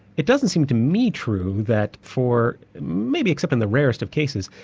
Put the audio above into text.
it doesn't seem to me true that for maybe except in the rarest of cases,